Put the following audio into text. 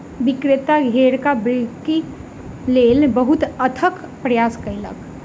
विक्रेता घेराक बिक्री लेल बहुत अथक प्रयास कयलक